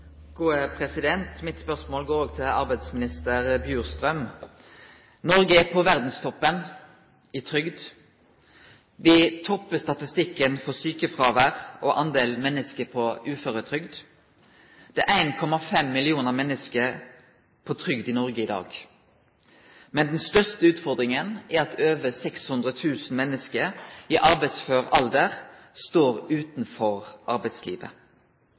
mitt går òg til arbeidsminister Bjurstrøm. Noreg er på verdstoppen i trygd. Me toppar statistikken for sjukefråvær og talet på menneske på uføretrygd. Det er 1,5 millionar menneske på trygd i Noreg i dag. Men den største utfordringa er at over 600 000 menneske i arbeidsfør alder står utanfor arbeidslivet.